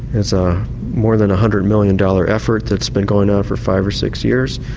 it's more than a hundred million dollar effort that's been going on for five or six years,